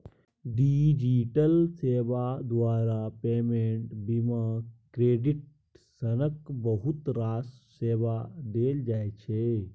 digital सेबा द्वारा payment, बीमा, क्रेडिट सनक बहुत रास सेबा देल जाइ छै